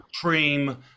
cream